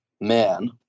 man